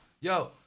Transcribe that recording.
yo